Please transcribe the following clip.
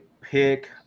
pick